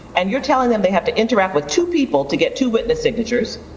and you're telling them they have to interact with two people to get to witness signatures,